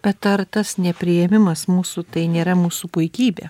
bet ar tas nepriėmimas mūsų tai nėra mūsų puikybė